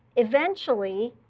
eventually